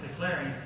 declaring